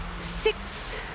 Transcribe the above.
Six